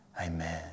Amen